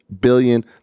billion